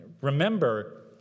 Remember